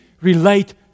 relate